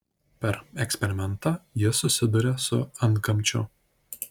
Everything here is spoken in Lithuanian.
per eksperimentą jis susiduria su antgamčiu